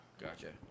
Gotcha